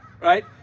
right